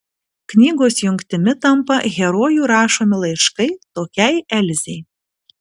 knygos jungtimi tampa herojų rašomi laiškai tokiai elzei